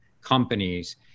companies